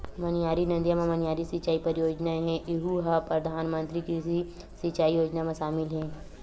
मनियारी नदिया म मनियारी सिचई परियोजना हे यहूँ ह परधानमंतरी कृषि सिंचई योजना म सामिल हे